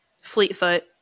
Fleetfoot